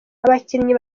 abakinnyi